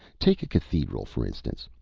take a cathedral, for instance.